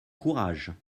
courage